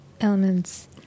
elements